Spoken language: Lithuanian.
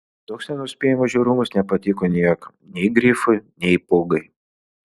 toks nenuspėjamas žiaurumas nepatiko niekam nei grifui nei pūgai